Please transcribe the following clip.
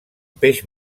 peix